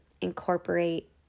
incorporate